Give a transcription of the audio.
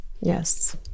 yes